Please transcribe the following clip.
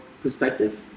perspective